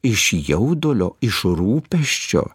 iš jaudulio iš rūpesčio